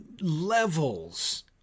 levels